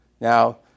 Now